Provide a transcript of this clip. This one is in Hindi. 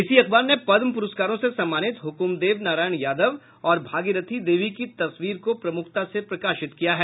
इसी अखबार ने पद् पुरस्कारों से सम्मानित हुकुम देव नारायण यादव और भागीरथी देवी का तस्वीर को प्रमुखता से प्रकाशित किया है